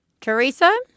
Teresa